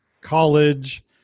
college